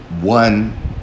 one